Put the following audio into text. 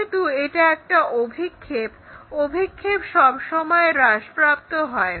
যেহেতু এটা একটা অভিক্ষেপ অভিক্ষেপ সবসময় হ্রাসপ্রাপ্ত হয়